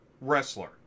wrestler